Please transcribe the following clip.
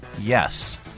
yes